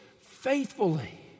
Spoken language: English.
faithfully